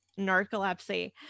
narcolepsy